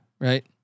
right